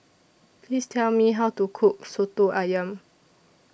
Please Tell Me How to Cook Soto Ayam